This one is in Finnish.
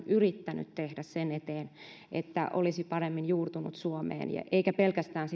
yrittänyt tehdä sen eteen että olisi paremmin juurtunut suomeen eikä pelkästään